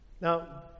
Now